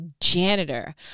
janitor